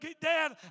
Dad